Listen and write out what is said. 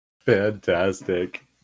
fantastic